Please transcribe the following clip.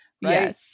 Yes